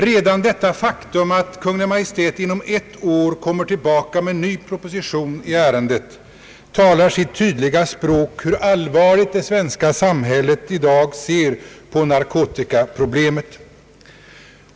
Redan det faktum att Kungl. Maj:t inom ett år kommer tillbaka med ny proposition i ärendet talar sitt tydliga språk om hur allvarligt det svenska samhället i dag ser på narkotikaproblemet.